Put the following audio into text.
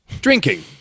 Drinking